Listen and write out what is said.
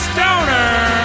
Stoner